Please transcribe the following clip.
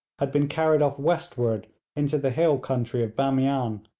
had been carried off westward into the hill country of bamian.